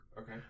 Okay